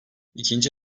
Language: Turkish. i̇kinci